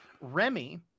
remy